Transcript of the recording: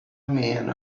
man